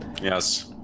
yes